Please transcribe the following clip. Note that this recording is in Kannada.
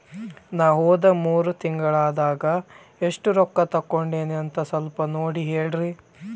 ನಾ ಹೋದ ಮೂರು ತಿಂಗಳದಾಗ ಎಷ್ಟು ರೊಕ್ಕಾ ತಕ್ಕೊಂಡೇನಿ ಅಂತ ಸಲ್ಪ ನೋಡ ಹೇಳ್ರಿ